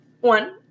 one